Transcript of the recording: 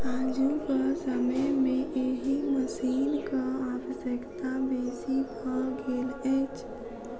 आजुक समय मे एहि मशीनक आवश्यकता बेसी भ गेल अछि